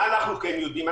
מה אנחנו כן יודעים?